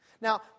Now